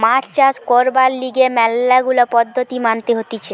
মাছ চাষ করবার লিগে ম্যালা গুলা পদ্ধতি মানতে হতিছে